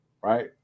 right